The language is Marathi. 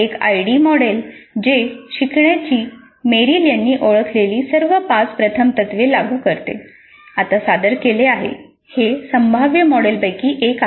एक आयडी मॉडेल जे शिकण्याची मेरिल यांनी ओळखलेली सर्व पाच प्रथम तत्त्वे लागू करते आता सादर केले आहे हे संभाव्य मॉडेलपैकी एक आहे